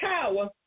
power